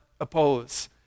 oppose